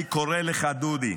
אני קוראת לך, דודי: